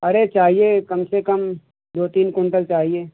अरे चाहिए कम से कम दो तीन कुंटल चाहिए